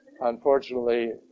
Unfortunately